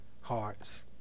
hearts